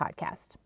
podcast